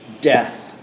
death